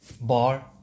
bar